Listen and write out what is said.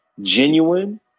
genuine